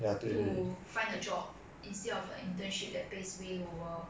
to find a job instead of an internship that pays way lower